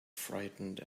frightened